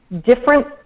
different